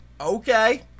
okay